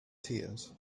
tears